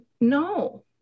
no